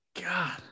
God